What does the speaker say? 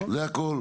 זה הכל.